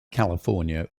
california